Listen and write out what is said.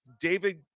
david